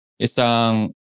isang